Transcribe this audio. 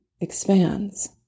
expands